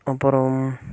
அப்புறம்